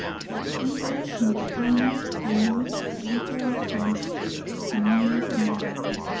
but simply in the plainest and most literal sense a mere narrative.